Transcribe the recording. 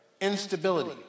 instability